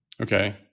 okay